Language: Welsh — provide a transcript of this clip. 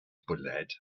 bwled